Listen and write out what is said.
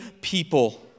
people